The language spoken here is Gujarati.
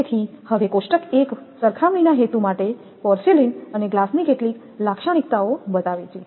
તેથી હવે કોષ્ટક 1 સરખામણી ના હેતુ માટે પોર્સેલેઇન અને ગ્લાસની કેટલીક લાક્ષણિકતાઓ બતાવે છે